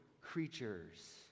creatures